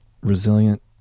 resilient